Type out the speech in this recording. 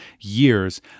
years